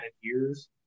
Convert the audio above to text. years